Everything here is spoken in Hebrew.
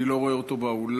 אני לא רואה אותו באולם.